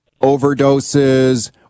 overdoses